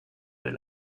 des